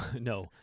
no